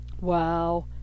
wow